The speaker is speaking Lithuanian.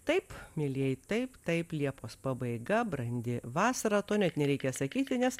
taip mielieji taip taip liepos pabaiga brandi vasara to net nereikia sakyti nes